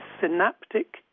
synaptic